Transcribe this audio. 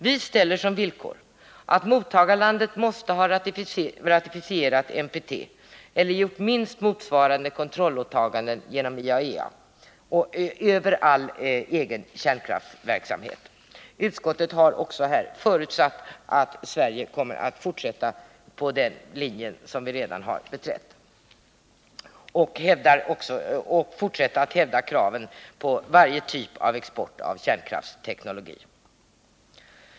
Vi ställer som villkor att mottagarlandet måste ha ratificerat NPT eller gjort minst motsvarande kontrollåtaganden genom IAEA över all egen kärnkraftsverksamhet. Utskottet har också förutsatt att Sverige kommer att fortsätta på den inslagna vägen och hävda kraven när det gäller varje typ av export av kärnkraftsteknologi.